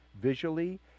visually